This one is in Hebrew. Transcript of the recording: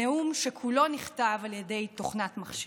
נאום שכולו נכתב על ידי תוכנת מחשב.